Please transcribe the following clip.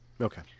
Okay